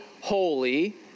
holy